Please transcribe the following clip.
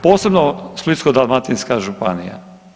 Posebno Splitsko-dalmatinska županija.